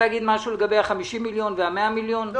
למה את לוד ורמלה, שהם ישובים מעורבים, לא